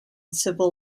civil